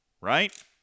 right